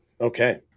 Okay